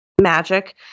magic